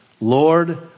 Lord